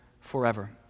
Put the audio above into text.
forever